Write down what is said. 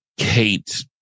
Kate